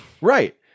Right